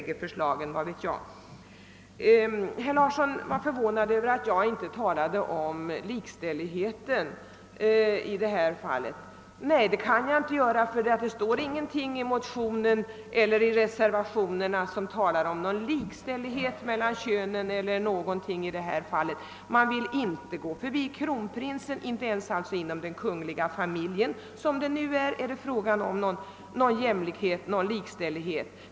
Herr Larsson i Luttra var förvånad över att jag inte talade om likställighet i detta fall. Nej, det kan jag inte göra, eftersom det varken i motionen eller reservationerna talas om någon likställighet mellan könen. Man vill inte gå förbi kronprinsen, inte ens inom den kungliga familjen. Det är då inte fråga om någon jämlikhet eller likställighet.